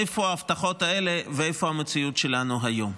איפה ההבטחות האלה ואיפה המציאות שלנו היום?